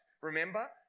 Remember